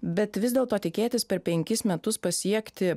bet vis dėlto tikėtis per penkis metus pasiekti